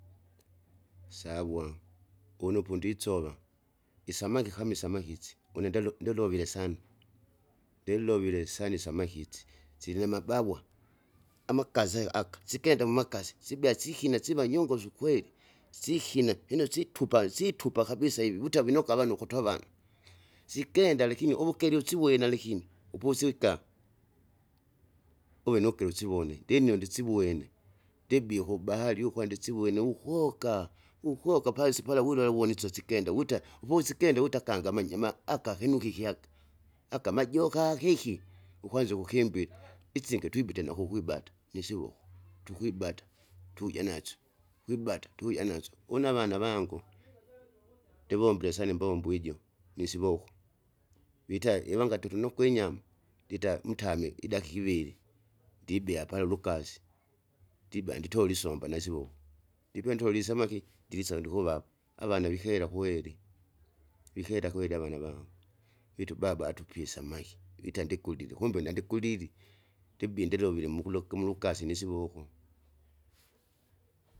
sawa unu pundisova, isamaki kama isamaki isi une ndalo- ndalovie sana, ndilovile sana isamaki isi, silinamabawa amakase aka sikenda mumakase, sibea sikina siva nyongosu kweli, sikina lino situpa situpa kabisa ivi vuta vinokwa avanu ukutova, sikenda lakini uvukeli usibwene alikimi, upusika, uve nukile usivone ndinino ndisibwene, ndibie ukubahari ukwa ndisibwene uvukoka, ukoka pasi wulala uwone isyo sikenda wita uvosikenda wita kangi amanyima aka kinukiki aka, aka majoka kiki? ukwanza ukukimbila isinge twibite nakukwibata nisivoko, tukwibata tuja nasyo kwibata tuja nasyo, une avana vangu ndivivombile sana imbombo ijo nisivoko, vita ivangati utunokwa inyama, ndita mtame idakika iviri ndibea pala ulukasi, ndibe nditole isomba nasivoko, ndipe ntolie isamaki, ndilisa ndukuvapa, avana vikela vikela kweli, vikela kweli avana avana vangu, vita ubaba atupie isamaki ndikulile kumbe nandikulili, ndibie ndilovile mukuluki mulikasi nsivoko.